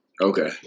okay